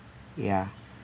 ya